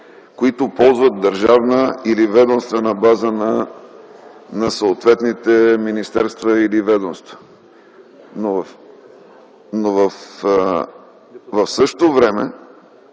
които ползват държавна или ведомствена база на съответните министерства или ведомства. Но в същото време